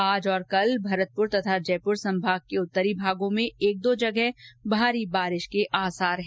आज तथा कल भरतपूर तथा जयपुर संभाग के उत्तरी भागों में एक दो जगह भारी बारिश होने के आसार हैं